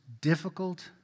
difficult